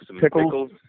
pickles